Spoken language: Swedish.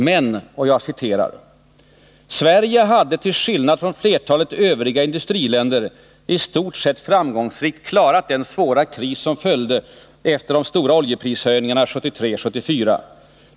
Men, anför socialdemokraterna, ”Sverige hade, till skillnad från flertalet övriga industriländer, i stort sett framgångsrikt klarat den svåra Nr 29 kris som följde efter de stora oljeprishöjningarna 1973-1974.